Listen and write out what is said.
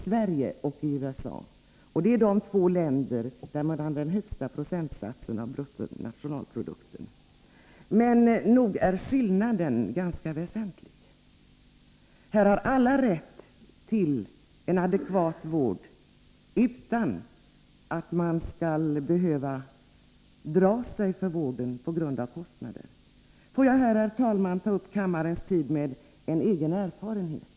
Detta är också de två länder där procentandelen av bruttonationalprodukten är högst. Men nog är skillnaden ganska väsentlig. I Sverige har alla rätt till en adekvat vård utan att behöva dra sig för att söka vård på grund av kostnaderna. Får jag, herr talman, ta upp kammarens tid med att berätta om en egen erfarenhet.